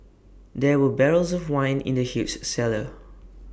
there were barrels of wine in the huge cellar